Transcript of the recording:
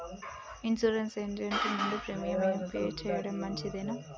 Insurance agent నుండి premium pay చేయడం మంచిదేనా?